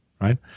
right